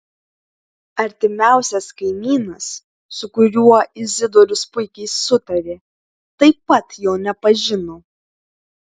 artimiausias kaimynas su kuriuo izidorius puikiai sutarė taip pat jo nepažino